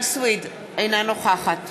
אינה נוכחת